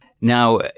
Now